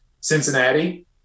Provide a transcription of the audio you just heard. Cincinnati